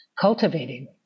cultivating